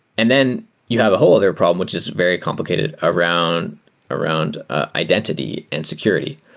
and then you have a whole other problem, which is very complicated around around identity and security.